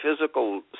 physical